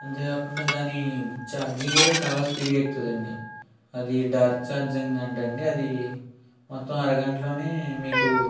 అంతేగాకుండా దాని చార్జింగ్ కూడా చాలా స్పీడ్గా ఎక్కువ అవుతుందండి అది డార్క్ చార్జింగ్ అంటా అండి అది మొత్తం అరగంటలోనే మీకు